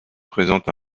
présente